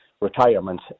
retirement